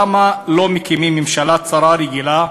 למה לא מקימים ממשלה צרה רגילה,